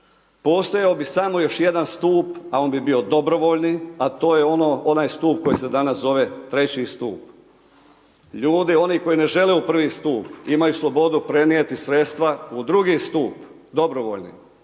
Postojao bi još samo jedan stup a on bi bio dobrovoljni a to je onaj stup koji se danas zove treći stup. Ljudi oni koji ne žele u prvi stup, imaju slobodu prenijeti sredstva u drugo stup, dobrovoljni